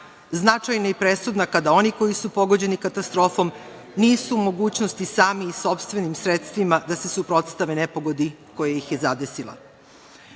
značajna i presudna kada oni koji su pogođeni katastrofom nisu u mogućnosti sami i sopstvenim sredstvima da se suprotstave nepogodi koja ih je